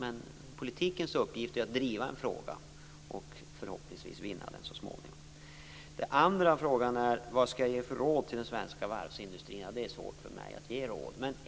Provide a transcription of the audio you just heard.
Men politikens uppgift är att driva en fråga och förhoppningsvis vinna den så småningom. Den andra frågan var vilket råd jag skall ge till den svenska varvsindustrin. Det är svårt för mig att ge råd.